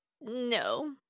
No